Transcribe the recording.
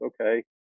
Okay